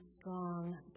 strong